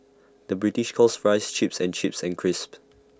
the British calls Fries Chips and chips and crisps